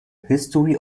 history